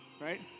right